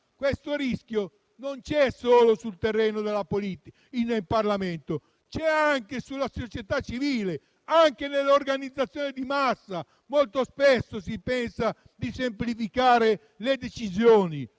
questo rischio non c'è solo sul terreno della politica, in Parlamento, ma c'è anche nella società civile. Anche nelle organizzazioni di massa molto spesso si pensa di semplificare le decisioni;